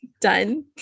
done